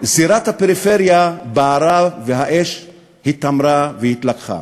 זירת הפריפריה בערה והאש היתמרה והתלקחה.